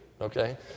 Okay